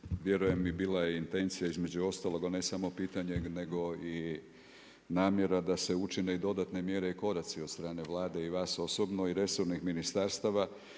vjerujem i bila intencija između ostalog, a ne samo pitanje nego i namjera da se učine dodatne mjere i koraci od strane Vlade i vas osobno i resornih ministarstava.